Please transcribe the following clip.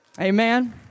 Amen